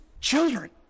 children